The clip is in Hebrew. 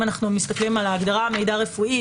אם אנחנו מסתכלים על ההגדרה "מידע רפואי",